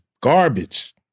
garbage